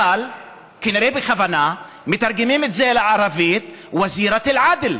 אבל כנראה בכוונה מתרגמים את זה לערבית וזירת אל-עדל,